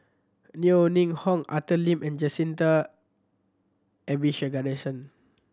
Yeo Ning Hong Arthur Lim and Jacintha Abisheganaden